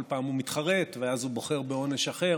כל פעם הוא מתחרט, ואז הוא בוחר בעונש אחר,